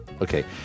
Okay